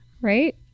Right